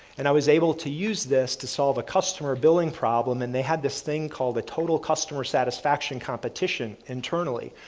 and i was able to use this to solve a customer billing problem and they had this thing called a total customer satisfaction competition internally,